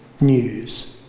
news